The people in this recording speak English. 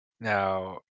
Now